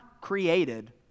created